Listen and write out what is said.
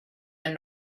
and